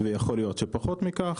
ויכול להיות שפחות מכך.